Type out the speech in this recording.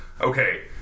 okay